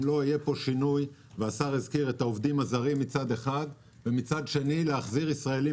צריך להיות שינוי מצד אחד עם העובדים הזרים ומצד שני להחזיר ישראלים